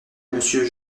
monsieur